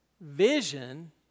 vision